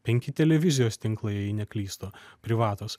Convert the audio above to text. penki televizijos tinklai jei neklystu privatūs